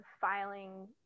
filing